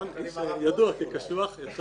הוא ידוע כקשוח.